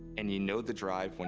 and you know the drive when